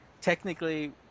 technically